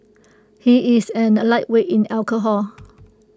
he is and A lightweight in alcohol